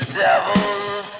devil's